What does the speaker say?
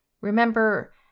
Remember